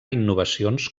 innovacions